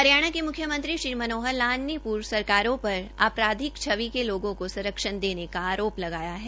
हरियाणा के मुख्यमंत्री श्री मनोहर लाल ने पूर्व सरकारों पर आपराधिक छवि के लोगों को संरक्षण देने का आरोप लगाया है